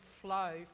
flow